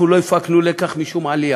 אנחנו לא הפקנו לקח משום עלייה.